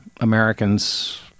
Americans